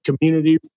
community